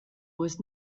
was